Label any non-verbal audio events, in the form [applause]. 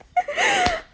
[laughs]